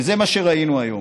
וזה מה שראינו היום.